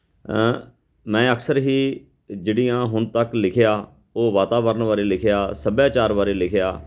ਮੈਂ ਅਕਸਰ ਹੀ ਜਿਹੜੀਆਂ ਹੁਣ ਤੱਕ ਲਿਖਿਆ ਉਹ ਵਾਤਾਵਰਨ ਬਾਰੇ ਲਿਖਿਆ ਸੱਭਿਆਚਾਰ ਬਾਰੇ ਲਿਖਿਆ